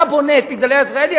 אתה בונה את "מגדלי עזריאלי",